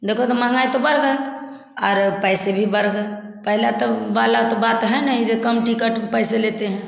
देखो तो महँगाई तो बढ़ गए आर पैसे भी बढ़ गए पहले त बाला तो बात है नहीं जे कम टिकट पैसे लेते हैं